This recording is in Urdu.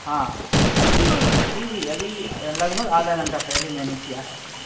ہاں جی جی ابھی لگ بھگ آدھا گھنٹہ پہلے میں نے کیا ہے